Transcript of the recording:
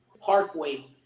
Parkway